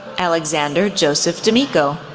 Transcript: alexander joseph d'amico,